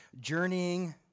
journeying